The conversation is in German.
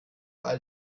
all